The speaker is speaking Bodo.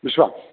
बिसिबां